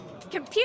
Computer